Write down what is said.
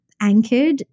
anchored